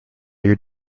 your